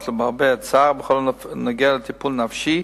למרבה הצער בכל הקשור לטיפול נפשי,